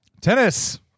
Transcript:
Tennis